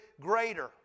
greater